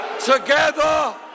Together